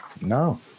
No